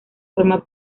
forma